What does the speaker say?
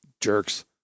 jerks